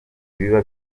biba